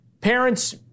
parents